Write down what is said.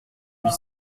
huit